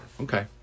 Okay